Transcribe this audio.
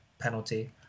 penalty